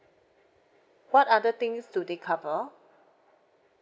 what other things do they cover